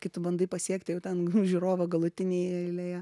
kai tu bandai pasiekti jau ten žiūrovą galutinėje eilėje